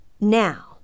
Now